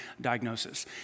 diagnosis